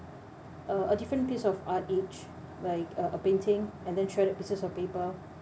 uh a different piece of art each like uh a painting and then shredded pieces of paper